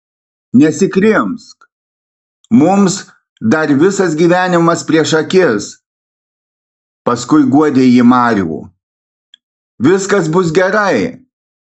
nesikrimsk mums dar visas gyvenimas prieš akis paskui guodė ji marių viskas bus gerai